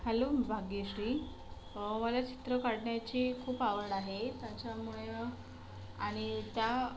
hello मी भाग्यश्री मला चित्र काढण्याची खूप आवड आहे त्याच्यामुळे आणि त्या